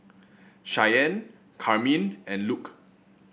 Cheyanne Carmine and Luc